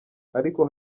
ariko